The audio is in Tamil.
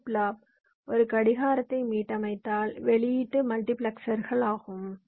ஃபிளிப் ஃப்ளாப் ஒரு கடிகாரத்தை மீட்டமைத்தால் வெளியீட்டு மல்டிபிளெக்சர்கள் ஆகும்